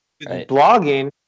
blogging